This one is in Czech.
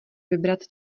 vybrat